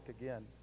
again